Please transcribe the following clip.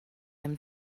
them